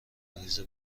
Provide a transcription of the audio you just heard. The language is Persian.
پریز